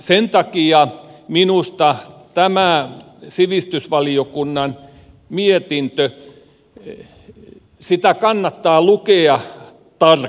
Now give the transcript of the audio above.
sen takia minusta tätä sivistysvaliokunnan mietintöä kannattaa lukea tarkasti